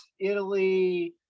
Italy